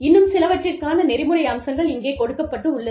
இன்னும் சிலவற்றிற்கான நெறிமுறை அம்சங்கள் இங்கே கொடுக்கப்பட்டுள்ளது